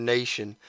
Nation